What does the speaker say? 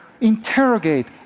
interrogate